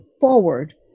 forward